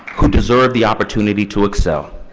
who deserve the opportunity to excel,